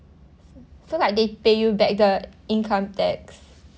so like they pay you back the income tax